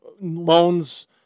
loans